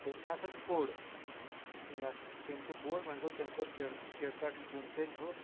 تٔمۍ تہِ ہسا پوٚر سُہ یسا تٔمۍ تہِ پوٚر وگوو تم کوٚر کِر کِرکٹ گیٚنٛد تٔمۍ ہہُ